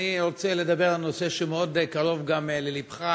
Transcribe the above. אני רוצה לדבר על נושא שמאוד קרוב גם ללבך.